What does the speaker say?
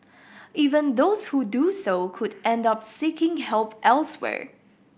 even those who do so could end up seeking help elsewhere